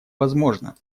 возможно